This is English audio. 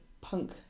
punk